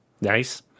Nice